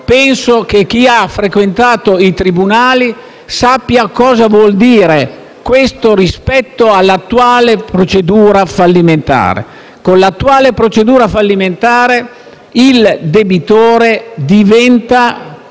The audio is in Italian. penso che chi ha frequentato i tribunali sappia cosa vuol dire questo rispetto all'attuale procedura fallimentare. Con quest'ultima il debitore diventa